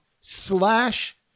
slash